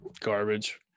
garbage